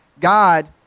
God